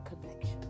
connection